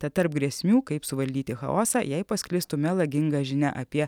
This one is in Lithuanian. tad tarp grėsmių kaip suvaldyti chaosą jei pasklistų melaginga žinia apie